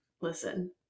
listen